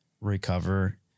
recover